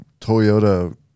Toyota